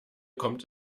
kommt